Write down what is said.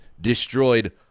destroyed